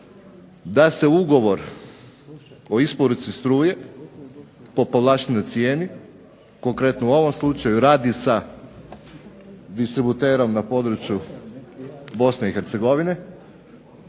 da se ugovor o isporuci struje po povlaštenoj cijeni konkretnom u ovom slučaju radi sa distributerom na području Bosne i Hercegovine